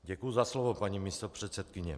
Děkuji za slovo, paní místopředsedkyně.